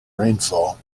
rainfall